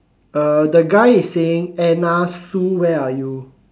the guy is saying Anna Sue where are you